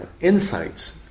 insights